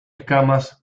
escamas